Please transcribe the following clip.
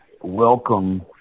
welcome